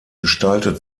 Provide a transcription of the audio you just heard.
gestaltet